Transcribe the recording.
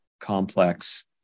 complex